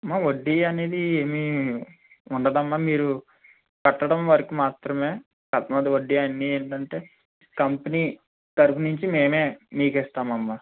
అమ్మ వడ్డీ అనేది ఏమీ ఉండదమ్మ మీరు కట్టడం వరకు మాత్రమే పర్సనల్ వడ్డీ అని ఏంటంటే కంపెనీ తరఫునుంచి మేమే మీకు ఇస్తామమ్మ